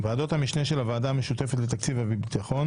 ועדות המשנה של הוועדה המשותפת לתקציב הביטחון